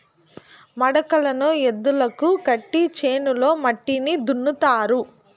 మడకలను ఎద్దులకు కట్టి చేనులో మట్టిని దున్నుతారు